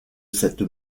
cette